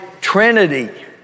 trinity